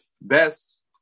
best